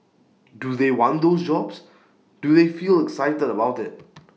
do they want those jobs do they feel excited about IT